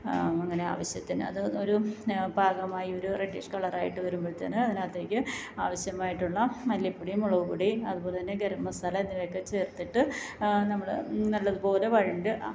അങ്ങനെ ആവശ്യത്തിന് അത് ഒരു പാകമായി ഒരു റെഡ്ഡിഷ് കളറായിട്ട് വരുമ്പഴത്തേന് അതിനകത്തേക്ക് ആവശ്യമായിട്ടുള്ള മല്ലിപ്പൊടിയും മുളകുപൊടിയും അതുപോലെത്തന്നെ ഗരം മസാല എന്നിവയക്കെ ചേർത്തിട്ട് നമ്മൾ നല്ലതുപോലെ വഴണ്ട്